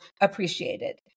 appreciated